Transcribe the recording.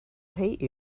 hate